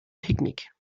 picknick